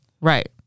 Right